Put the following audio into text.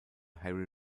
harry